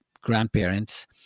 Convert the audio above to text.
grandparents